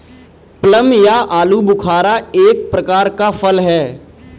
plum या आलूबुखारा एक प्रकार का फल है